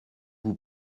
vous